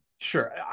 Sure